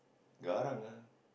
garang ah